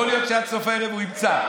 יכול להיות שעד סוף הערב הוא ימצא.